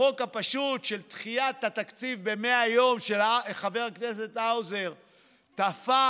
החוק הפשוט של דחיית התקציב ב-100 יום של חבר הכנסת האוזר תפח,